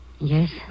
Yes